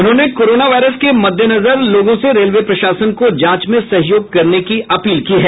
उन्होंने corona virus के मद्देनजर रेलवे प्रशासन को जांच में सहयोग करने की अपील की है